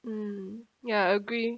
mm ya agree